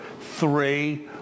three